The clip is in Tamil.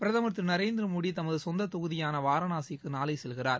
பிரதர் திரு நரேந்திர மோடி தமது சொந்த தொகுதியான வாரணாசிக்கு நாளை செல்கிறார்